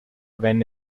venne